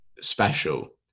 special